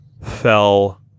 fell